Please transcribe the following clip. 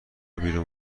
بیرون